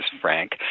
Frank